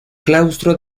claustro